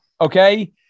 okay